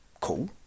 cool